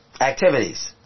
activities